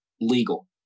legal